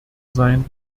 sein